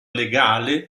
legale